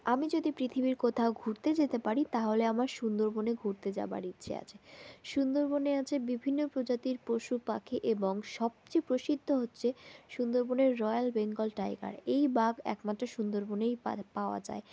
আমি যদি পৃথিবীর কোথাও ঘুরতে যেতে পারি তাহলে আমার সুন্দরবনে ঘুরতে যাবার ইচ্ছে আছে সুন্দরবনে আছে বিভিন্ন প্রজাতির পশু পাখি এবং সবচেয়ে প্রসিদ্ধ হচ্ছে সুন্দরবনের রয়্যাল বেঙ্গল টাইগার এই বাঘ একমাত্র সুন্দরবনেই পা পাওয়া যায়